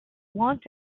want